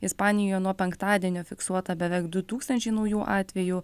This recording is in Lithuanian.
ispanijoj nuo penktadienio fiksuota beveik du tūkstančiai naujų atvejų